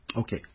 Okay